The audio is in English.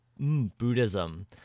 Buddhism